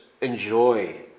enjoy